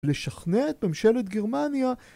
לשכנע את ממשלת גרמניה?